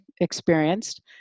experienced